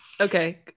Okay